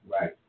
Right